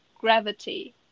gravity